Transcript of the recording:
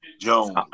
Jones